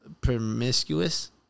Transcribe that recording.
promiscuous